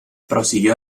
prosiguió